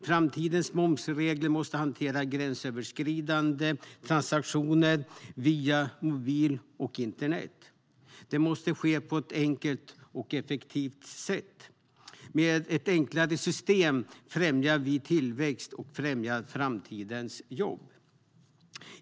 Framtidens momsregler måste hantera gränsöverskridande transaktioner via mobil och internet. Det måste ske på ett enkelt och effektivt sätt. Med ett enklare system främjar vi tillväxt och framtidens jobb.